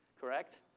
correct